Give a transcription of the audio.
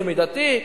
זה מידתי,